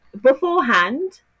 beforehand